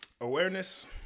awareness